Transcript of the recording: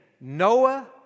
Noah